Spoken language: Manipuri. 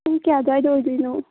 ꯄꯨꯡ ꯀꯌꯥ ꯑꯗꯥꯏꯗ ꯑꯣꯏꯗꯣꯏꯅꯣ